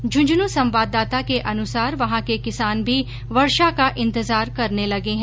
झुन्झुनू संवाददाता के अनुसार वहां के किसान भी वर्षा का इंतजार करने लगे हैं